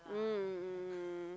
mm mm mm mm